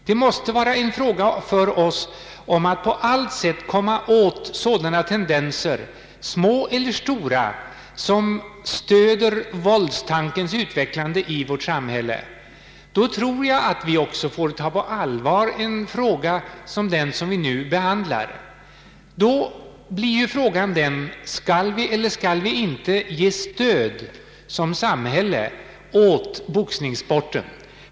Det måste vara en fråga för oss om att på allt sätt komma åt sådana tendenser, små eller stora, som stöder våldstankens utvecklande i vårt samhälle. Då tror jag att vi också får ta på allvar det problem som vi nu behandlar. Frågan blir: Skall vi eller skall vi inte såsom samhälle ge stöd åt boxningssporten?